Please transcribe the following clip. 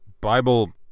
Bible